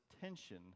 tension